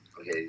Okay